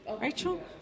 Rachel